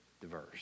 diverse